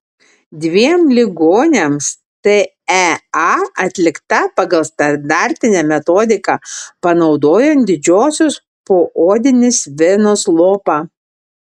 dviem ligoniams tea atlikta pagal standartinę metodiką panaudojant didžiosios poodinės venos lopą